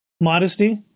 modesty